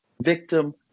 Victim